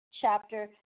chapter